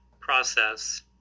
Process